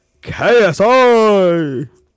KSI